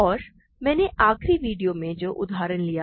और मैंने आखिरी वीडियो में जो उदाहरण लिया